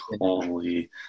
holy